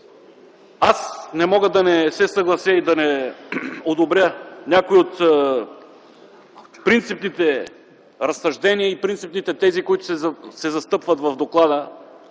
Аз не мога да не се съглася и да не одобря някои от принципните разсъждения и принципните тези, които се застъпват в доклада